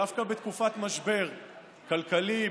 דווקא בתקופת משבר כלכלי,